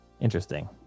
Interesting